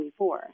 24